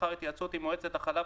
לאחר התייעצות עם מועצת החלב,